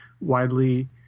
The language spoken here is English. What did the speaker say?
widely